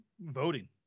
voting